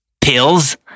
Pills